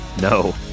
No